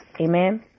Amen